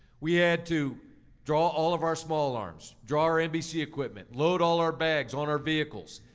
we had to draw all of our small arms. draw our mbc equipment, load all our bags on our vehicles.